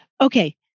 Okay